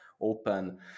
open